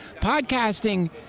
Podcasting